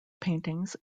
paintings